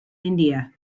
india